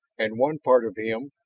and one part of him,